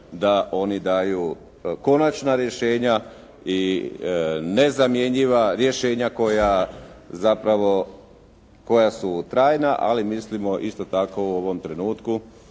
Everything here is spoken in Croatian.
da oni daju konačna rješenja i nezamjenjiva rješenja koja zapravo su trajna ali mislimo isto tako u ovom trenutku